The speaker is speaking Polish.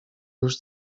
już